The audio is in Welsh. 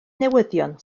newyddion